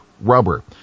rubber